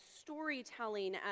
storytelling